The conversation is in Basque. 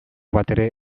batere